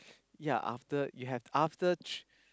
yea after you have after